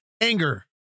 anger